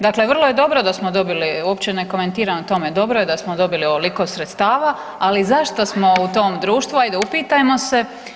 Dakle vrlo je dobro da smo dobili, uopće ne komentiram tome, dobro je da smo dobili ovoliko sredstava, ali zašto smo u tom društvu, ajde, upitajmo se.